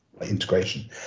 integration